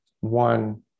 one